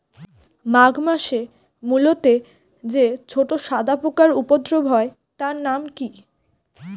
মাঘ মাসে মূলোতে যে ছোট সাদা পোকার উপদ্রব হয় তার নাম কি?